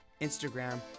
Instagram